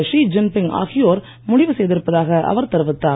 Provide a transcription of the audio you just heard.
she Jinping ஆகியோர் முடிவு செய்திருப்பதாக அவர் தெரிவித்தார்